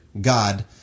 God